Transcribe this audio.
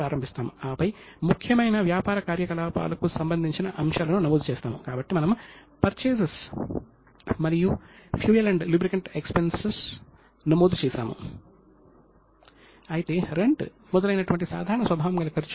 ఇప్పుడు చాలా ముఖ్యమైన మరియు మనోహరమైన విషయం ఏమిటంటే కార్యాలయాలను రెండుగా అంటే ట్రెజరీ మధ్య ఆసక్తి యొక్క సంఘర్షణను నివారించవచ్చు